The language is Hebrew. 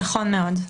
נכון מאוד.